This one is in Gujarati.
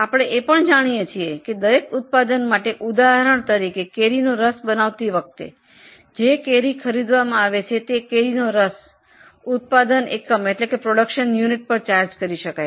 આપણે એ પણ જાણીએ છીએ કે કેરીનો રસ બનાવતી વખતે જે કેરી ખરીદવામાં આવે છે તે કેરીનો રસ ઉત્પાદન એકમમાં ઉમેરી શકીએ છે